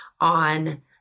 on